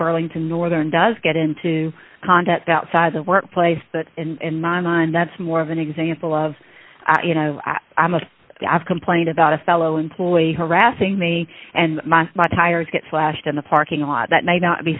burlington northern does get into contact outside the workplace but in my mind that's more of an example of you know i'm a i've complained about a fellow employee harassing me and my tires get slashed in the parking lot that may not be